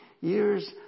years